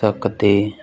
ਸਕਦੇ